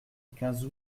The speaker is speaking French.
quinze